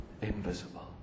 invisible